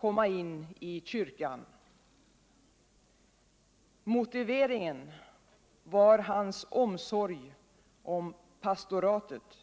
komma in i kyrkan. Motiveringen var hans omsorg om pastoratet.